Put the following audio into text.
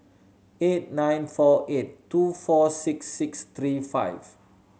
eight nine four eight two four six six three five